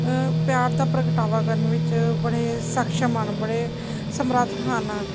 ਪਿਆਰ ਦਾ ਪ੍ਰਗਟਾਵਾ ਕਰਨ ਵਿੱਚ ਬੜੇ ਸਕਸ਼ਮ ਹਨ ਬੜੇ ਸਮਰੱਥ ਹਨ